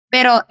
Pero